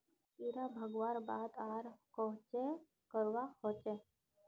कीड़ा भगवार बाद आर कोहचे करवा होचए?